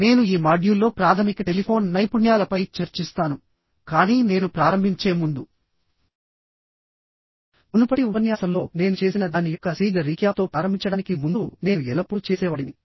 నేను ఈ మాడ్యూల్లో ప్రాథమిక టెలిఫోన్ నైపుణ్యాల పై చర్చిస్తాను కానీ నేను ప్రారంభించే ముందు మునుపటి ఉపన్యాసంలో నేను చేసిన దాని యొక్క శీఘ్ర రీక్యాప్తో ప్రారంభించడానికి ముందు నేను ఎల్లప్పుడూ చేసేవాడిని